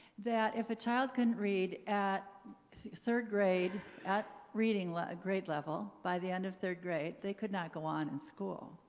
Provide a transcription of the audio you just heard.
that if a child couldn't read at third grade at reading like grade level by the end of third grade, they could not go in and school.